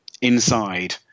inside